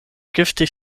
giftig